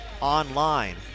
online